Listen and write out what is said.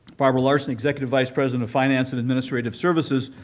barbara larson, executive vice president of finance and administrative services,